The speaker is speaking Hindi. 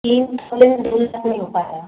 तीन सोले में दो लाख नहीं हो पाएगा